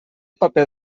paper